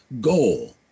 goal